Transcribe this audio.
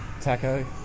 Taco